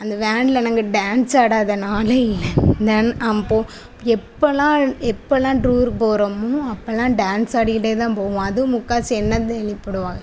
அந்த வேனில் நாங்கள் டான்ஸ் ஆடாத நாளே இல்லை தினம் அப்போது எப்போல்லாம் எப்போல்லாம் டூர் போகிறோமோ அப்பெல்லாம் டான்ஸ் ஆடிகிட்டே தான் போவோம் அதுவும் முக்கால்வாசி என்னை தான் எழுப்பிவிடுவாங்க